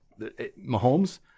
Mahomes